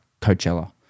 coachella